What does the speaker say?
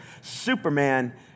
Superman